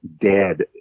dead